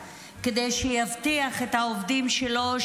שיבטיח את העובדים שלו,